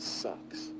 sucks